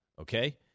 Okay